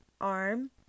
arm